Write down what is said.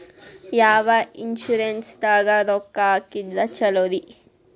ಯಾವ ಇನ್ಶೂರೆನ್ಸ್ ದಾಗ ರೊಕ್ಕ ಹಾಕಿದ್ರ ಛಲೋರಿ?